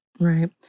Right